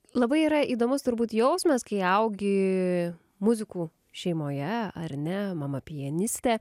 labai yra įdomus turbūt jausmas kai augi muzikų šeimoje ar ne mama pianistė